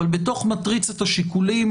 אבל בתוך מטריצת השיקולים,